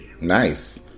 Nice